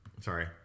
Sorry